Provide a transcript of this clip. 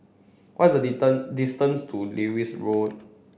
what is the distance to Lewis Road